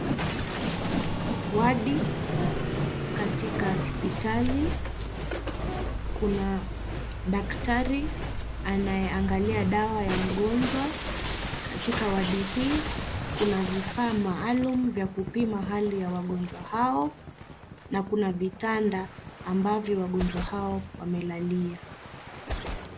Wadi, katika hospitali kuna daktari anaye angalia dawa ya mgonjwa katika wadi hii kuna vifaa maalum vya kupima hali ya wagonjwa hao na kuna vitanda ambavyo wagonjwa hao wamelalia.